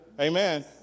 Amen